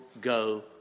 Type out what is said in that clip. go